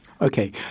Okay